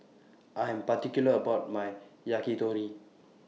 I Am particular about My Yakitori